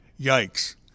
yikes